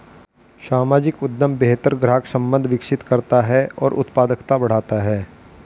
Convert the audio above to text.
सामाजिक उद्यम बेहतर ग्राहक संबंध विकसित करता है और उत्पादकता बढ़ाता है